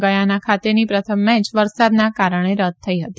ગયાના ખાતેની પ્રથમ મેચ વરસાદના કારણે રદ થઈ હતી